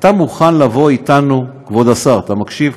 אתה מוכן לבוא אתנו, כבוד השר אתה מקשיב?